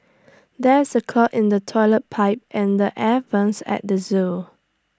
there is A clog in the Toilet Pipe and the air Vents at the Zoo